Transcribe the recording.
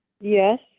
Yes